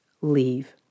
leave